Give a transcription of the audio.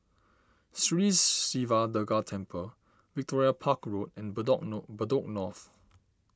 Sri Siva Durga Temple Victoria Park Road and Bedok nor Bedok North